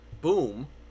boom